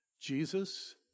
Jesus